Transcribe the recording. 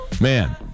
Man